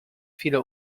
viele